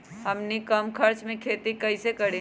हमनी कम खर्च मे खेती कई से करी?